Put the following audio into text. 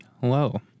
Hello